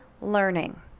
learning